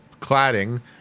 cladding